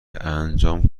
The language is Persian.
انجام